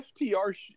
FTR